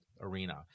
arena